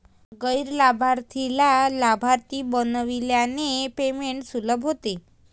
गैर लाभार्थीला लाभार्थी बनविल्याने पेमेंट सुलभ होते